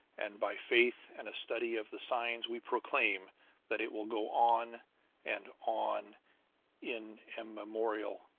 and by faith and a study of the signs we proclaim that it will go on and on in immemorial